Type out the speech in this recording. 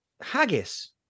haggis